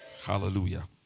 Hallelujah